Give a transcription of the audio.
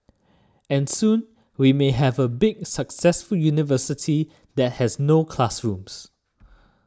and soon we may have a big successful university that has no classrooms